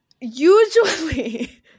usually